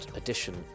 edition